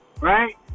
right